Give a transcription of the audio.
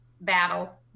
battle